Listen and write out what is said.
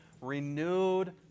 renewed